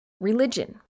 Religion